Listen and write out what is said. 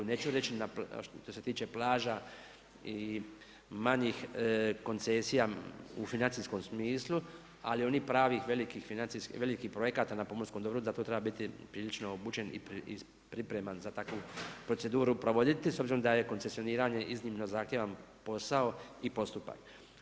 Neću reći što se tiče plaža i manjih koncesija u financijskom smislu, ali onih pravih i velikih projekata na pomorskom dobru, da to treba biti prilično obučen i pripreman za takvu proceduru provoditi, s obzirom da je koncesioniranje iznimno zahtjevan posao i postupak.